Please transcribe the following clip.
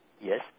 Yes